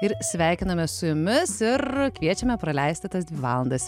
ir sveikinamės su jumis ir kviečiame praleisti tas dvi valandas